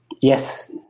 Yes